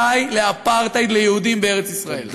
די לאפרטהייד ליהודים בארץ-ישראל.